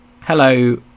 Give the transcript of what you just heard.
hello